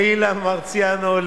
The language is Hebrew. לאילן מרסיאנו,